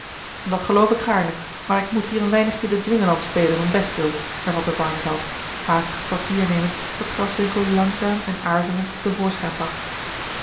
dat geloof ik gaarne maar ik moet hier een weinigje den dwingeland spelen om bestwil hervatte barneveld haastig het papier nemend dat graswinckel langzaam en aarzelend te voorschijn bracht